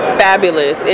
fabulous